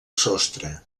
sostre